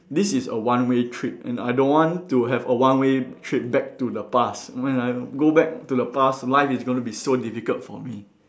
this is a one way trip and I don't want to have a one way trip back to the past when I go back to the past life is going to be difficult for me